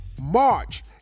march